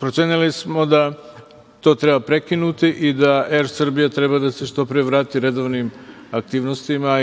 procenili smo da to treba prekinuti i da Er Srbija treba da se što pre vrati redovnim aktivnostima.